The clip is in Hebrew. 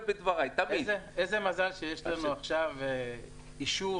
איזה מזל שיש לנו עכשיו אישור